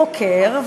חוקר,